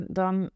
dan